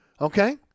okay